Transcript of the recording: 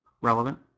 relevant